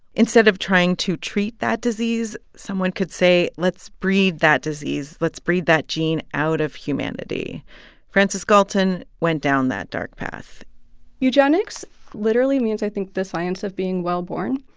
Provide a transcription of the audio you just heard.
instead of trying to treat that disease, someone could say, let's breed that disease. let's breed that gene out of humanity francis galton went down that dark path eugenics literally means, i think, the science of being well-born,